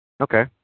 Okay